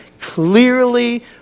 clearly